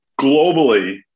Globally